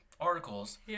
articles